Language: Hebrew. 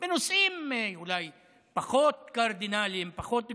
בנושאים אולי פחות קרדינליים, פחות גדולים,